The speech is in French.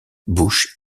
busch